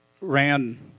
ran